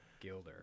Gilder